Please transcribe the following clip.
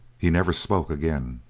he never spoke again.